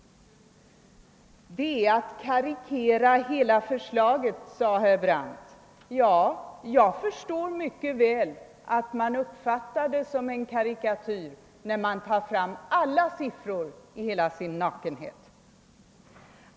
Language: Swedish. Det är att karikera hela förslaget, säger herr Brandt. Jag förstår mycket väl, att man uppfattar det som en karikatyr, när hela siffermaterialet tas fram i all sin nakenhet.